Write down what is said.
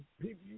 people